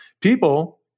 people